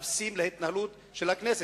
הבסיסיים של התנהלות הכנסת.